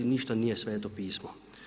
Ništa nije Sveto pismo.